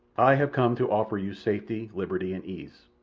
i have come to offer you safety, liberty, and ease.